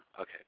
Okay